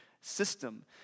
system